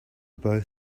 both